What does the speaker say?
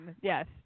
Yes